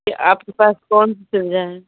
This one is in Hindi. या आपके पास कौन सी सुविधा है